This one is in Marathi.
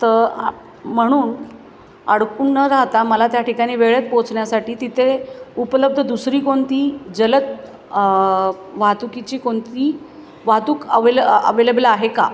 तर म्हणून अडकून न राहता मला त्या ठिकाणी वेळेत पोहोचण्यासाठी तिथे उपलब्ध दुसरी कोणती जलद वाहतुकीची कोणती वाहतूक अवेले अवेलेबल आहे का